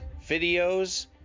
videos